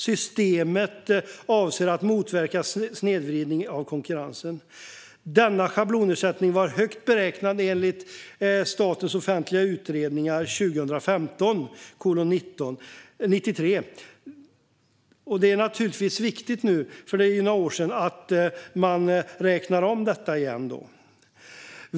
Systemet avser att motverka snedvridningen av konkurrensen. Denna schablonersättning var högt beräknad, enligt SOU 2015:93. Men det är ju några år sedan, och det är naturligtvis viktigt att man räknar om det igen.